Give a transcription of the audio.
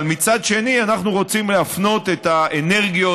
אבל מצד שני אנחנו רוצים להפנות את האנרגיות,